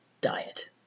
diet